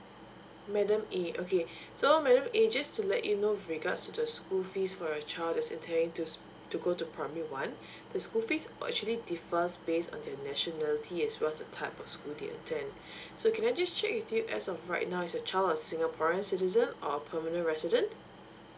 madam a okay so madam a just to let you know with regards to the school fees for your child that's intending to s~ to go to primary one the school fees actually differs based on their nationality as well as the type of school they attend so can I just check with you as of right now is your child a singaporean citizen or permanent resident